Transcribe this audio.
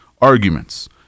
arguments